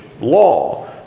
law